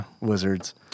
wizards